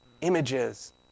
images